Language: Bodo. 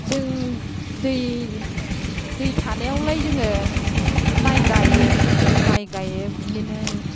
जों दै थानायावलाय जोङो माइ गायो माइ गायो बिदिनो